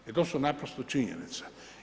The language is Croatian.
I to su naprosto činjenice.